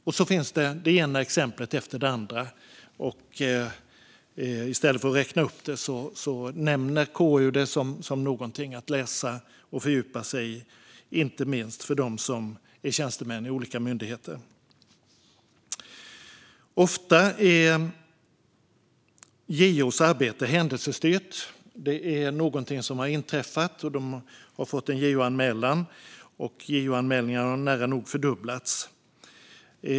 Det är det ena exemplet efter det andra, men i stället för att räkna upp dem nämner KU att det är något att läsa och fördjupa sig i, inte minst för tjänstemän inom olika myndigheter. Ofta är JO:s arbete händelsestyrt. Det är något som har inträffat, och de har fått en JO-anmälan. JO-anmälningarna har nära nog fördubblats.